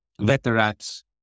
veterans